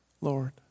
Lord